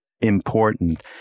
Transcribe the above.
important